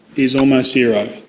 is almost zero.